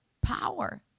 power